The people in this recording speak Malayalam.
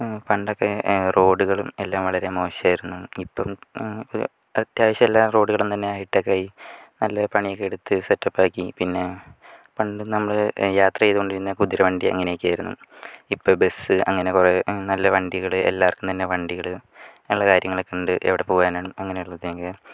പണ്ടൊക്കെ റോഡുകളും വളരെ മോശായിരുന്നു ഇപ്പം അത്യാവശ്യം എല്ലാ റോഡുകളും തന്നെ ഹൈ ടെക് ആയി നല്ല പണിയൊക്കെയെടുത്ത് സെറ്റപ്പാക്കി പിന്നെ പണ്ട് നമ്മള് യാത്ര ചെയ്ത് കൊണ്ടിരുന്ന കുതിര വണ്ടി അങ്ങനെയൊക്കെ ആയിരുന്നു ഇപ്പം ബസ്സ് അങ്ങനെ കുറെ നല്ല വണ്ടികള് എല്ലാവർക്കും തന്നെ വണ്ടികള് നല്ല കാര്യങ്ങളക്കെണ്ട് എവിടെ പോകാനാണ് അങ്ങനേള്ളതിനൊക്കെ